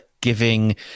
giving